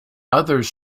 others